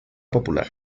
popular